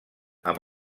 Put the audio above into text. amb